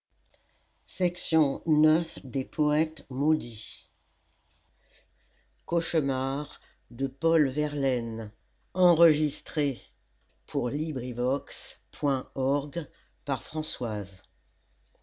complètes de paul verlaine